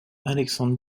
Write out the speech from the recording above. alexandre